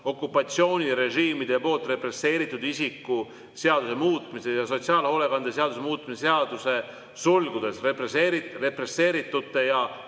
okupatsioonirežiimide poolt represseeritud isiku seaduse muutmise ja sotsiaalhoolekande seaduse muutmise seaduse (represseeritute ja